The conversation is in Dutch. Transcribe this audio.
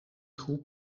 groep